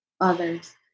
others